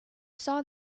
saw